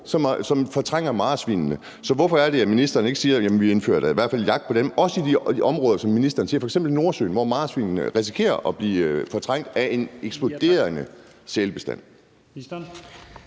som fortrænger marsvinene. Så hvorfor er det ikke sådan, at ministeren siger, at vi da i hvert fald indfører jagt på dem, også i de områder, som ministeren siger, f.eks. Nordsøen, hvor marsvinene risikerer at blive fortrængt af en eksploderende sælbestand?